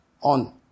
on